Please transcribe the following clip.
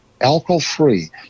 alcohol-free